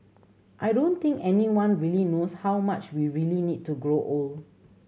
I don't think anyone really knows how much we really need to grow old